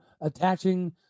attaching